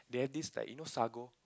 they have this like you know sago